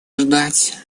ждать